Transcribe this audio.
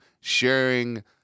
sharing